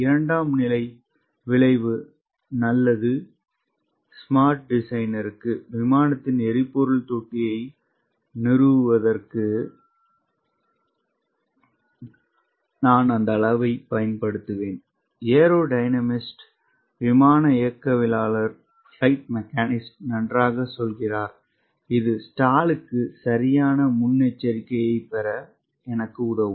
இரண்டாம் நிலை விளைவு நல்லது ஸ்மார்ட் டிசைனர்க்கு விமானத்தின் எரிபொருள் தொட்டியை நிறுவுவதற்கு நான் அந்த அளவைப் பயன்படுத்துவேன் ஏரோ டைனமிஸ்ட் விமான இயக்கவியலாளர் நன்றாகச் சொல்கிறார் இது ஸ்டாலுக்கு சரியான முன் எச்சரிக்கையைப் பெற எனக்கு உதவும்